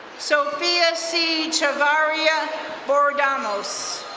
sophia c. chavarria bordamos.